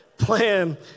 plan